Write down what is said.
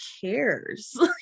cares